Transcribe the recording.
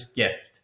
gift